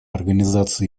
организации